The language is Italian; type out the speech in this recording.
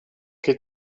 che